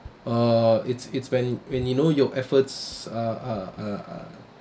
uh it's it's when when you know your efforts uh uh uh uh